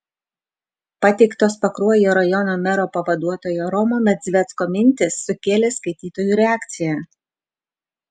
pateiktos pakruojo rajono mero pavaduotojo romo medzvecko mintys sukėlė skaitytojų reakciją